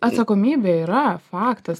atsakomybė yra faktas